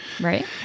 Right